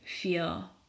feel